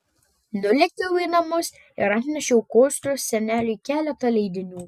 nulėkiau į namus ir atnešiau kostios seneliui keletą leidinių